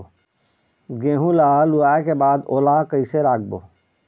गेहूं ला लुवाऐ के बाद ओला कइसे राखबो?